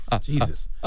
Jesus